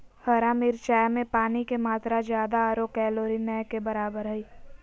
हरा मिरचाय में पानी के मात्रा ज्यादा आरो कैलोरी नय के बराबर हइ